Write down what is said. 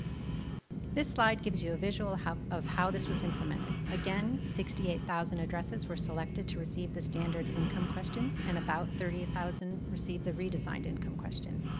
this slide gives you a visual of how this was implemented. again, sixty eight thousand addresses were selected to receive the standard income questions, and about thirty thousand received the redesigned income questions.